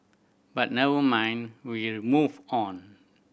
but never mind we move on